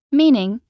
meaning